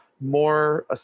more